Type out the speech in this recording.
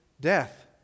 death